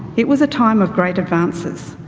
it was a time of great advances.